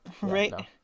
Right